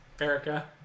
Erica